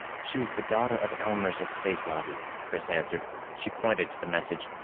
she's the daughter of elmers of space lobby! chris answered. she pointed to the message,